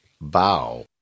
Bow